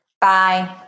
Bye